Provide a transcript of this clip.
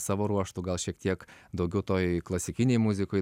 savo ruožtu gal šiek tiek daugiau toj klasikinėj muzikoj